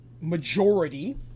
majority